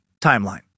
Timeline